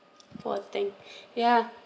poor thing ya